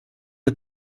mit